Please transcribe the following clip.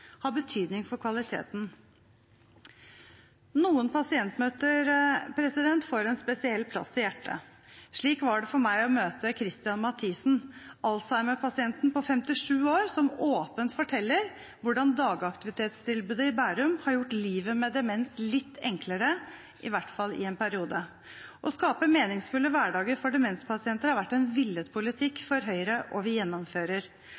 har betydning for kvaliteten. Noen pasientmøter får en spesiell plass i hjertet. Slik var det for meg å møte Christian Mathisen, alzheimerpasienten på 57 år som åpent forteller hvordan dagaktivitetstilbudet i Bærum har gjort livet med demens litt enklere, i hvert fall i en periode. Å skape meningsfulle hverdager for demenspasienter har vært en villet politikk for Høyre, og vi gjennomfører.